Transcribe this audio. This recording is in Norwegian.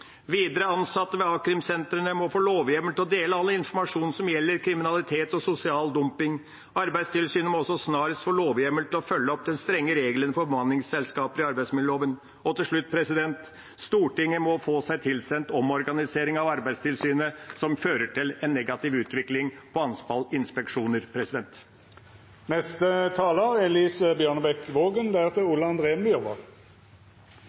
Videre må ansatte ved a-krimsentrene få lovhjemmel til å dele all informasjon som gjelder kriminalitet og sosial dumping. Arbeidstilsynet må også snarest få lovhjemmel til å følge opp de strenge reglene for bemanningsselskaper i arbeidsmiljøloven. Til slutt: Stortinget må få seg tilsendt omorganiseringen av Arbeidstilsynet, som fører til en negativ utvikling